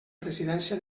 presidència